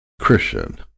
Christian